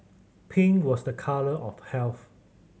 pink was a colour of health